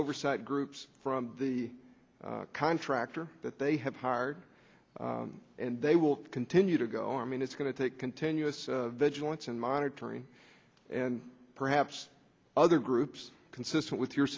oversight groups from the contractor that they have hired and they will continue to go i mean it's going to take continuous vigilance and monetary and perhaps other groups consistent with your